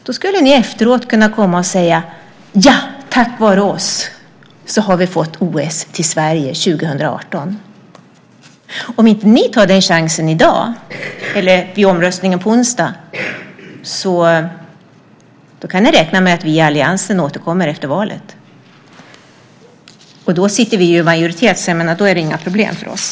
Då skulle ni efteråt kunna säga: "Tack vare oss har vi fått OS till Sverige 2018." Om inte ni tar den chansen i dag eller vid omröstningen på onsdag kan ni räkna med att vi i alliansen återkommer efter valet. Då sitter vi i majoritet. Då är det inga problem för oss.